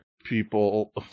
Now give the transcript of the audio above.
people